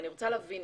אני רוצה להבין.